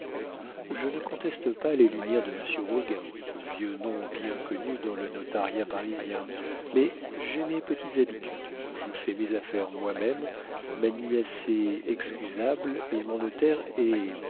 je ne conteste pas les lumières de monsieur roguin vieux nom bien connu dans le notariat parisien mais j'ai mes petites habitudes je fais mes affaires moi-même manie assez excusable et mon notaire